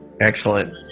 Excellent